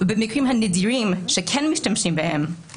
במקרים הנדירים שכן משתמשים בהם,